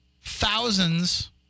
thousands